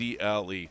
CLE